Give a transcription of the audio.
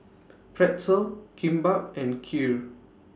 Pretzel Kimbap and Kheer